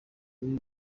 bw’ibi